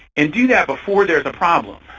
and do that before there's a problem,